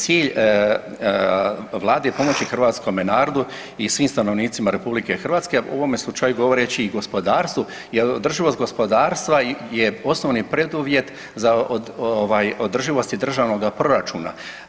Cilj Vlade je pomoći Hrvatskome narodu i svim stanovnicima RH, a u ovome slučaju govoreći i gospodarstvu, jer održivost gospodarstva je osnovni preduvjet za održivost i državnoga proračuna.